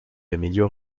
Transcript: améliore